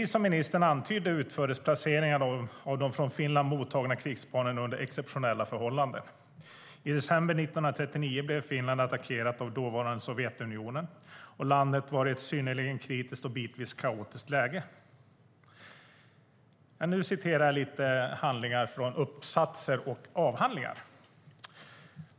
Som ministern antydde utfördes placeringar av de från Finland mottagna krigsbarnen under exceptionella förhållanden. I december 1939 blev Finland attackerat av dåvarande Sovjetunionen. Landet var i ett synnerligen kritiskt och bitvis kaotiskt läge. Nu citerar jag ur uppsatser och avhandlingar.